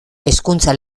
hezkuntza